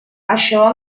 això